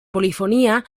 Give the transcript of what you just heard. polifonia